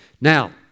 Now